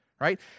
right